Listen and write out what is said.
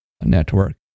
network